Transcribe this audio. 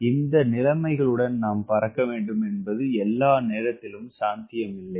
எனவே இந்த நிலைமைகளுடன் நாம் பறக்க முடியும் என்பது எல்லா நேரத்திலும் சாத்தியமில்லை